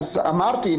אמרתי,